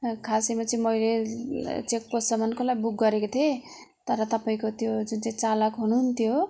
र खासमा चाहिँ मैले चेकपोस्टसम्मको लागि बुक गरेको थिएँ तर तपाईँको त्यो जुन चाहिँ चालक हुनु हुन्थ्यो